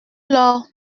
lors